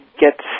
get